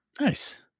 Nice